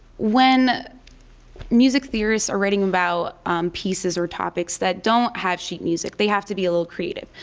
when music theorists are writing about pieces or topics that don't have sheet music they have to be a little creative.